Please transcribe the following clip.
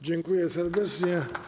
Dziękuję serdecznie.